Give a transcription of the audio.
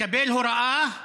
מקבל הוראה,